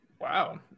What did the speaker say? Wow